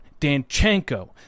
Danchenko